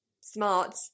smart